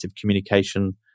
communication